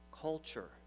culture